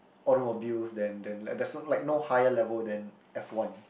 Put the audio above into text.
automobiles than than like there's no like no higher level than f-one